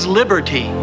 liberty